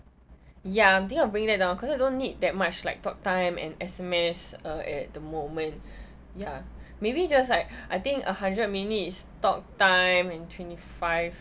ya I'm thinking of bringing that down cause I don't need that much like talk time and S_M_S uh at the moment ya maybe just like I think a hundred minutes talk time and twenty five